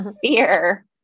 fear